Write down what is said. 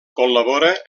col·labora